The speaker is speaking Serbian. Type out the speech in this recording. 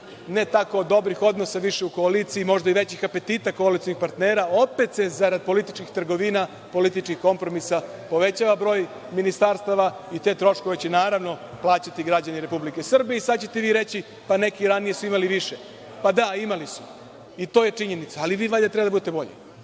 ne tako dobrih odnosa više u koaliciji, možda i većih apetita koalicionih partnera, opet se zarad političkih trgovina, političkih kompromisa povećava broj ministarstava i te troškove će, naravno, plaćati građani Republike Srbije. Sada ćete vi reći – pa, neki ranije su imali više. Pa, da, imali su, i to je činjenica, ali vi valjda treba da budete bolji. Vi